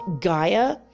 Gaia